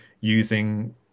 using